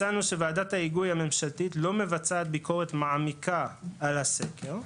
מצאנו שוועדת ההיגוי הממשלתית לא מבצעת ביקורת מעמיקה על הסקר,